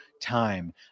time